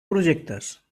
projectes